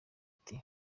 ati